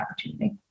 opportunity